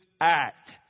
act